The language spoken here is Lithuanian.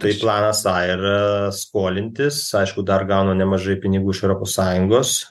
tai planas a yra skolintis aišku dar gauna nemažai pinigų iš europos sąjungos